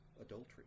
adultery